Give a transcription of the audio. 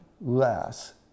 less